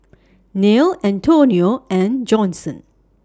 Nelle Antonio and Johnson